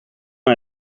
hij